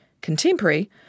Contemporary